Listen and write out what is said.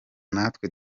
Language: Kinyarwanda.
natwe